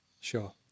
Sure